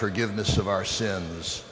forgiveness of our sins